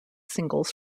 singles